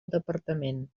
departament